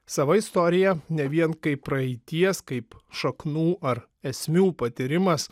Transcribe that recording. sava istorija ne vien kaip praeities kaip šaknų ar esmių patyrimas